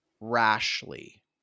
rashly